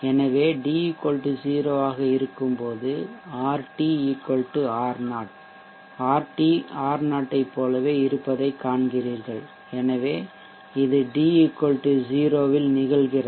எனவே d 0 ஆக இருக்கும்போது RT R0 RT R0 ஐப் போலவே இருப்பதைக் காண்கிறீர்கள் எனவே இது d 0 இல் நிகழ்கிறது